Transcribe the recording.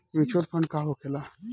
Mutual fund का होखेला?